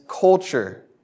culture